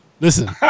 Listen